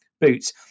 Boots